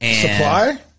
Supply